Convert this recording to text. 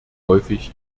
häufig